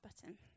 button